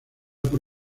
por